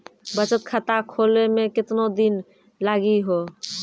बचत खाता खोले मे केतना दिन लागि हो?